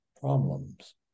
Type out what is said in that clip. problems